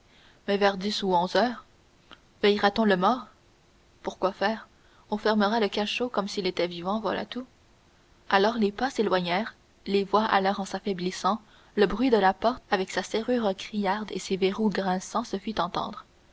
mais vers dix ou onze heures veillera t on le mort pour quoi faire on fermera le cachot comme s'il était vivant voilà tout alors les pas s'éloignèrent les voix allèrent s'affaiblissant le bruit de la porte avec sa serrure criarde et ses verrous grinçants se fit entendre